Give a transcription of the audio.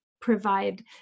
provide